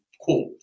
quote